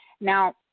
now